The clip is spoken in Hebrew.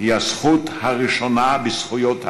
היא הזכות הראשונה בזכויות האדם,